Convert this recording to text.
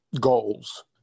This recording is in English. goals